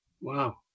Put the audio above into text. Wow